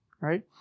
right